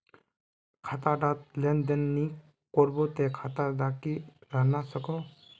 खाता डात लेन देन नि करबो ते खाता दा की रहना सकोहो?